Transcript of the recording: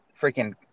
freaking